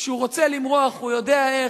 כשהוא רוצה למרוח הוא יודע איך.